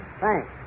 Thanks